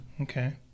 okay